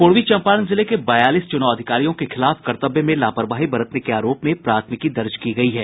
पूर्वी चंपारण जिले के बयालीस चुनाव अधिकारियों के खिलाफ कर्तव्य में लापरवाही बरतने के आरोप में प्राथमिकी दर्ज की गई है